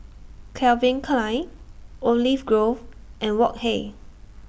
Calvin Klein Olive Grove and Wok Hey